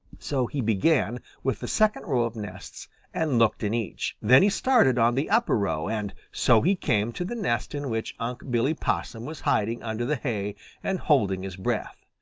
so he began with the second row of nests and looked in each. then he started on the upper row, and so he came to the nest in which unc' billy possum was hiding under the hay and holding his breath.